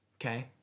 okay